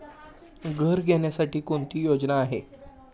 घर घेण्यासाठी कोणती योजना आहे?